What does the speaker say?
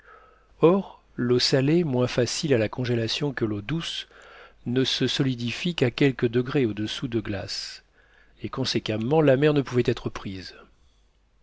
or l'eau salée moins facile à la congélation que l'eau douce ne se solidifie qu'à quelques degrés au-dessous de glace et conséquemment la mer ne pouvait être prise